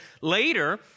later